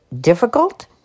difficult